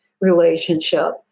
relationship